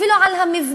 אפילו על המבנה,